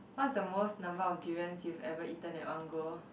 what is the most number of durians you've eaten at one go